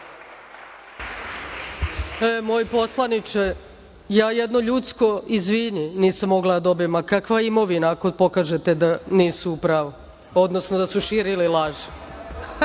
moj poslaničke ja jedno ljudsko izvini, nisam mogla da dobijem, a kakva imovina, ako pokažete da nisu u pravu, odnosno, da su širili laži.